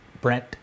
Brent